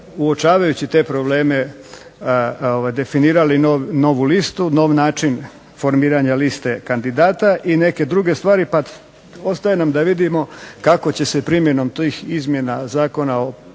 uočavajući te probleme definirali novu listu, nov način formiranja liste kandidata i neke druge stvari, pa ostaje nam da vidimo kako će se primjenom tih izmjena Zakona o